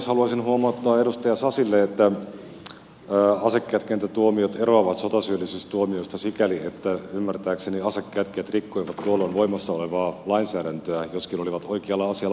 haluaisin huomauttaa edustaja sasille että asekätkentätuomiot eroavat sotasyyllisyystuomioista sikäli että ymmärtääkseni asekätkijät rikkoivat tuolloin voimassa olevaa lainsäädäntöä joskin olivat oikealla asialla moraalisesti